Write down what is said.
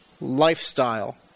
lifestyle